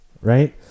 right